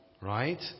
Right